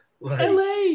LA